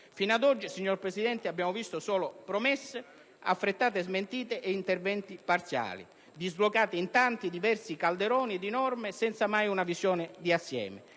Fino ad oggi, signor Presidente, abbiamo visto solo promesse, affrettate smentite e interventi parziali, dislocati in tanti diversi calderoni di norme, senza mai una visione d'insieme.